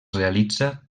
realitza